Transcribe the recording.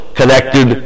connected